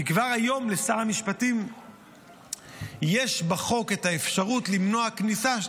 כי כבר היום לשר המשפטים יש בחוק את האפשרות למנוע כניסה.